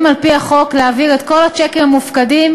שקד,